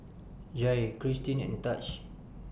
Jair Christin and Taj